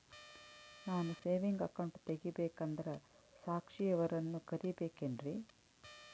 ನಾನು saving account ತೆಗಿಬೇಕಂದರ ಸಾಕ್ಷಿಯವರನ್ನು ಕರಿಬೇಕಿನ್ರಿ?